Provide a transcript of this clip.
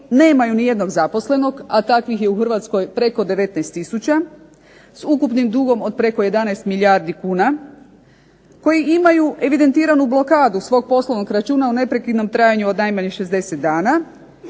nemaju ni jednog zaposlenog, a takvih je u Hrvatskoj preko 19000 s ukupnim dugom od preko 11 milijardi kuna koji imaju evidentiranu blokadu svog poslovnog računa o neprekidnom trajanju od najmanje 60 dana